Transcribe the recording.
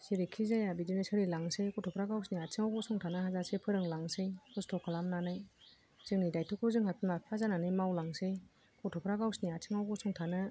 जेरैखि जाया बिदिनो सोलिलांसै गथ'फ्रा गावसोरनि आथिंआव गसंथानो हाजासे फोरोंलांनोसै खस्थ' खालामनानै जोंनि दाइथ'खौ जोंहा बिमा बिफा जानानै मावलांनोसै गथ'फ्रा गावसिनि आथिंआव गसंथानो